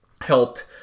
helped